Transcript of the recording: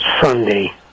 Sunday